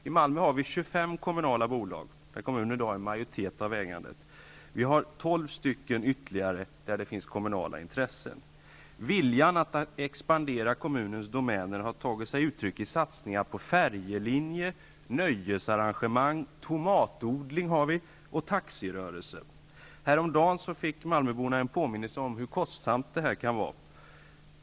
I Malmö finns 25 kommunala bolag där kommunen har majoriteten av ägandet och 12 bolag där det finns kommunala intressen. Viljan att expandera kommunens domäner har tagit sig uttryck i satsningar på färjelinje, nöjesarrangemang, tomatodling och taxirörelse. Häromdagen fick malmöborna en påminnelse om hur kostsamt det här kan vara.